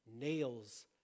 Nails